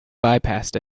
bypassed